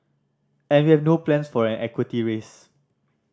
and we have no plans for an equity raise